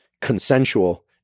Consensual